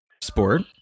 sport